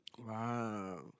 Wow